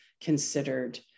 considered